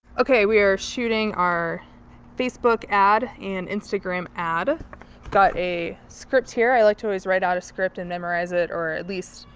okay. we are shooting our facebook ad and instagram ad. i've got a script here i like to always write out a script and memorize it or, or, at least,